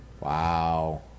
Wow